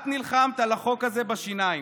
את נלחמת על החוק הזה בשיניים,